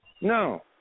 No